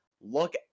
look